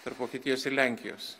tarp vokietijos ir lenkijos